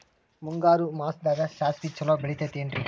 ಮುಂಗಾರು ಮಾಸದಾಗ ಸಾಸ್ವಿ ಛಲೋ ಬೆಳಿತೈತೇನ್ರಿ?